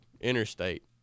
interstate